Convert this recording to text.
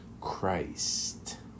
Christ